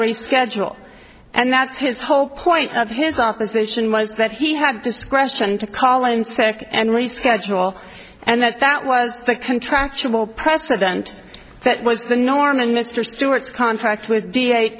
reschedule and that's his whole point of his opposition was that he had discretion to call in sick and reschedule and that that was the contractual president that was the norm and mr stewart's contract